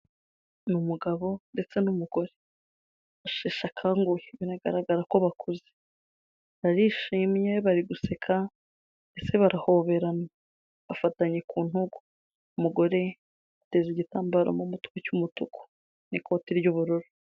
Ni umugabo ndetse n'umugore basheshe akanguhe biragaragara ko bakuze, barishimye bari guseka ndetse barahoberana, bafatanye ku ntugu, umugore ateza igitambaro mu mutwe cy'umutuku n'ikoti ry'ubururu.